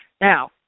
Now